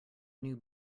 new